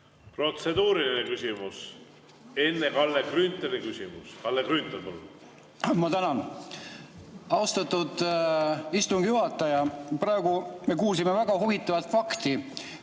Protseduuriline küsimus enne Kalle Grünthali küsimust. Kalle Grünthal, palun! Ma tänan! Austatud istungi juhataja! Praegu me kuulsime väga huvitavat fakti,